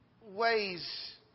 ways